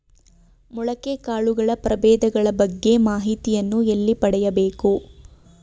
ಮೊಳಕೆ ಕಾಳುಗಳ ಪ್ರಭೇದಗಳ ಬಗ್ಗೆ ಮಾಹಿತಿಯನ್ನು ಎಲ್ಲಿ ಪಡೆಯಬೇಕು?